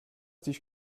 dich